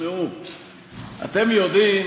אתם יודעים